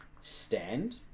stand